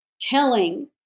telling